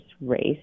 race